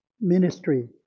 ministry